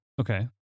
Okay